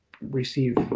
receive